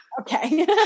Okay